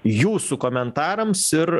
jūsų komentarams ir